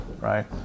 right